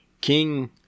King